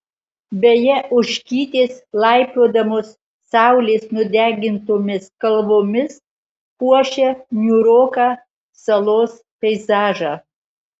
beje ožkytės laipiodamos saulės nudegintomis kalvomis puošia niūroką salos peizažą